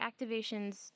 activations